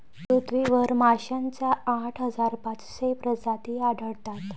पृथ्वीवर माशांच्या आठ हजार पाचशे प्रजाती आढळतात